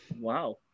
Wow